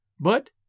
But